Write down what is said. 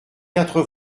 quatre